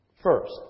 First